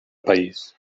país